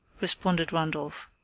responded randolph.